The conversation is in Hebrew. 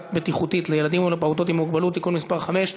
בטיחותית לילדים ולפעוטות עם מוגבלות (תיקון מס' 5),